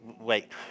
wait